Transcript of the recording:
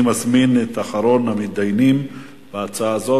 אני מזמין את אחרון המתדיינים בהצעה הזאת,